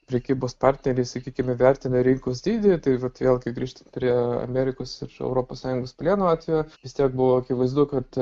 prekybos partneris sakykime vertina rinkos dydį tai vat vėlgi grįžtu prie amerikos ir europos sąjungos plieno atveju vis tiek buvo akivaizdu kad